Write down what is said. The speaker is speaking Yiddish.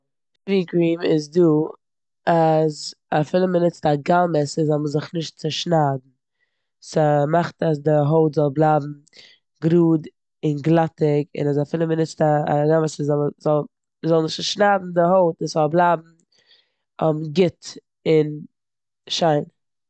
קריעם איז דא אז אפילו מ'נוצט א גאל-מעסער זאל מען זיך נישט צישניידן. ס'מאכט אז די הויט זאל בלייבן גראד און גלאטיג און אז אפילו מ'נוצט א- א גאל-מעסער זאל מע- זאל מ- נישט צישניידן די הויט און ס'זאל בלייבן גוט און שיין.